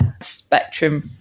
spectrum